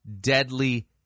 Deadly